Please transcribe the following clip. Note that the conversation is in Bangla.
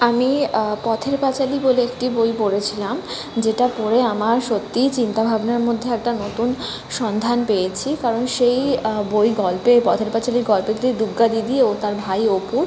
আমি পথের পাঁচালী বলে একটি বই পড়েছিলাম যেটা পড়ে আমার সত্যিই চিন্তা ভাবনার মধ্যে একটা নতুন সন্ধান পেয়েছি কারণ সেই বই গল্পের পথের পাঁচালী গল্পেতেই দুর্গা দিদি ও তার ভাই অপু